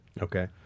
Okay